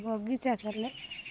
ବଗିଚା କଲେ